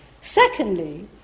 Secondly